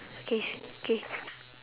K K